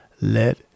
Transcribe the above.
let